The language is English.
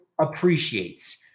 appreciates